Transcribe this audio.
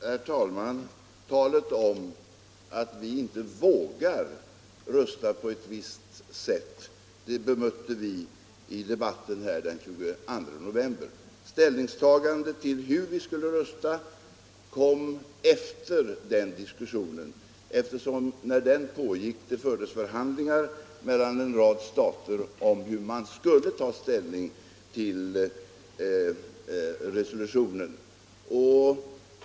Herr talman! Talet om att vi inte vågar rösta på ett visst sätt bemötte vi i debatten här den 22 november. Ställningstagandet till hur vi skulle rösta kom efter den diskussionen, eftersom det när den pågick fördes förhandlingar mellan en rad stater om hur man skulle ta ställning till resolutionen.